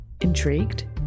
Intrigued